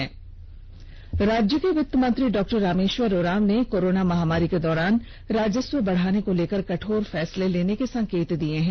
झढ राज्य के वित्त मंत्री डॉ रामेश्वर उरांव ने कोराना महामारी के दौरान राजस्व बढ़ाने को लेकर कठोर फैसले लेने के संकेत दिये हैं